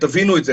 תבינו את זה,